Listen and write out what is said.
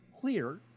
clear